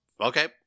okay